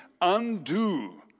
undo